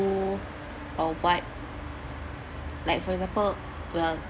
or what like for example well